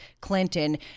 Clinton